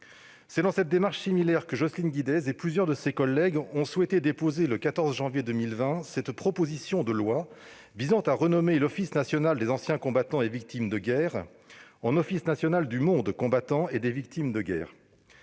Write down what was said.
C'est dans une démarche similaire que Jocelyne Guidez et plusieurs de ses collègues ont souhaité déposer, le 14 janvier 2020, cette proposition de loi visant à renommer l'Office national des anciens combattants et victimes de guerre en « Office national du monde combattant et des victimes de guerre